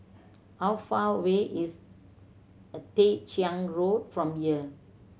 how far away is a Tah Ching Road from here